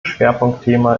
schwerpunktthema